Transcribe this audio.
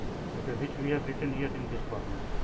which we have written here in this format